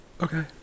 Okay